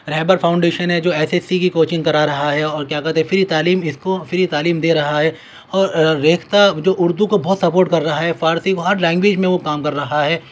رہبر foundation ہے جو S S C کی کوچنگ کرا رہا ہے اور کیا کہتے ہیں فری تعلیم اس کو فری تعلیم دے رہا ہے اور ریختہ جو اردو کو بہت سپوٹ کر رہا ہے فارسی وہ ہر لینگویج میں وہ کام کر رہا ہے